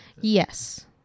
Yes